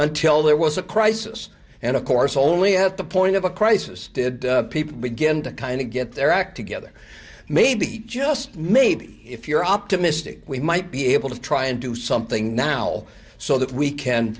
until there was a crisis and of course only at the point of a crisis did people begin to kind of get their act together maybe just maybe if you're optimistic we might be able to try and do something now so that we